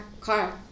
car